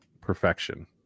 perfection